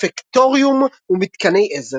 רפקטוריום ומתקני עזר.